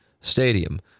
stadium